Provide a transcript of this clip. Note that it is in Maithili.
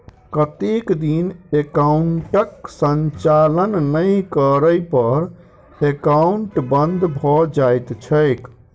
कतेक दिन एकाउंटक संचालन नहि करै पर एकाउन्ट बन्द भऽ जाइत छैक?